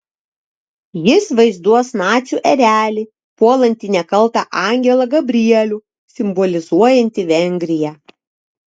jis vaizduos nacių erelį puolantį nekaltą angelą gabrielių simbolizuojantį vengriją